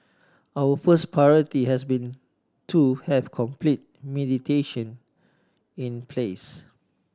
our first priority has been to have complete mitigation in place